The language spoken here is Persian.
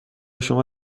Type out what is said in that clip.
شما